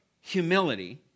humility